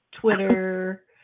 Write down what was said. Twitter